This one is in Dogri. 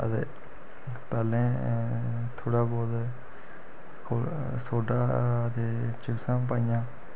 अदे पैह्लें थोह्ड़ा बौह्त खो सोडा ते चिप्सां पाइयां